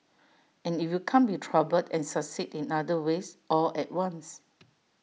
and if you can't be troubled and succeed in other ways all at once